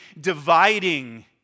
dividing